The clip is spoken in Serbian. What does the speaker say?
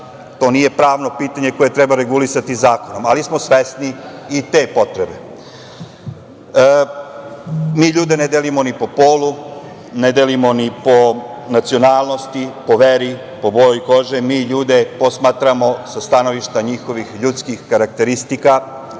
to nije pravno pitanje koje treba regulisati zakonom, ali smo svesni i te potrebe. Mi ljude ne delimo ni po polu, ne delimo ni po nacionalnosti, po veri, po boji kože, mi ljude posmatramo sa stanovišta njihovih ljudskih karakteristika,